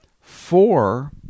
four